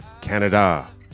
Canada